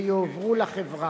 ויועברו לחברה.